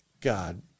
God